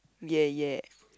ya ya